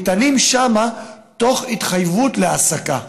ניתנים שם תוך התחייבות להעסקה.